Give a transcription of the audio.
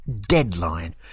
deadline